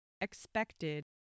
expected